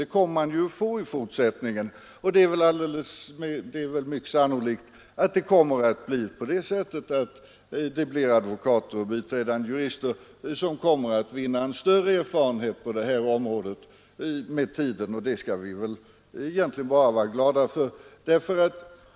De möjligheterna kommer man att få i fortsättningen, och det är väl mycket sannorlikt att det blir advokater och biträdande jurister som kommer att vinna en större erfarenhet på detta område med tiden, och det skall vi egentligen bara vara glada över.